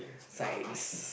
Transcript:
Science